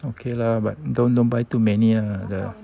okay lah but don't don't buy too many ah the